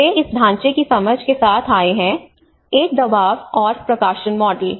वे इस ढांचे की समझ के साथ आए हैं एक दबाव और प्रकाशन मॉडल